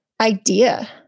idea